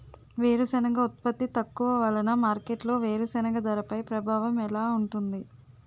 వేరుసెనగ ఉత్పత్తి తక్కువ వలన మార్కెట్లో వేరుసెనగ ధరపై ప్రభావం ఎలా ఉంటుంది?